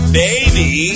baby